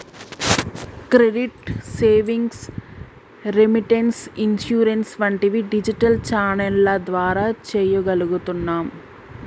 credit, savings, remittance, insurance వంటివి digital ఛానెల్ల ద్వారా చెయ్యగలుగుతున్నాం